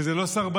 וזו לא סרבנות.